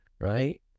right